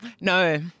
No